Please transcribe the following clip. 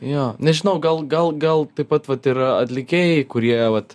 jo nežinau gal gal gal taip pat vat yra atlikėjai kurie vat